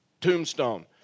tombstone